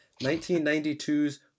1992's